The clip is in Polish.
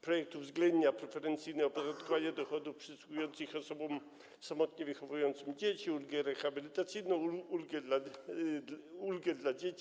Projekt uwzględnia preferencyjne opodatkowanie dochodów przysługujących osobom samotnie wychowującym dzieci, ulgę rehabilitacyjną, ulgę na dzieci.